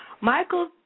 Michael